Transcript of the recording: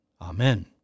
Amen